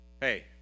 hey